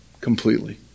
completely